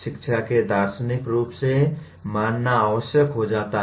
शिक्षा को दार्शनिक रूप से मानना आवश्यक हो जाता है